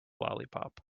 lollipop